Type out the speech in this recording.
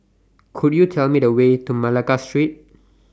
Could YOU Tell Me The Way to Malacca Street